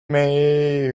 may